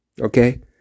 Okay